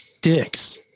Dicks